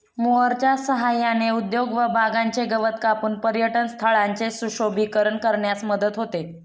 मोअरच्या सहाय्याने उद्याने व बागांचे गवत कापून पर्यटनस्थळांचे सुशोभीकरण करण्यास मदत होते